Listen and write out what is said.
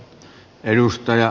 arvoisa puhemies